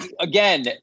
again